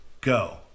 go